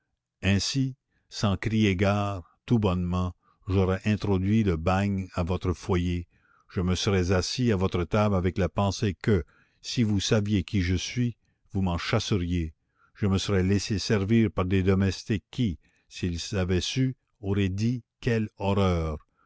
ainsi sans crier gare tout bonnement j'aurais introduit le bagne à votre foyer je me serais assis à votre table avec la pensée que si vous saviez qui je suis vous m'en chasseriez je me serais laissé servir par des domestiques qui s'ils avaient su auraient dit quelle horreur